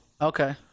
Okay